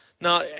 now